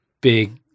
big